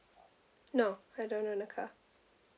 no I don't own a car